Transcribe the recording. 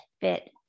fit